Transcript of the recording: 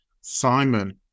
Simon